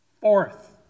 Fourth